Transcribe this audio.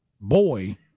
boy